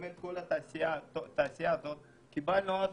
קיבלנו אז,